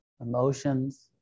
emotions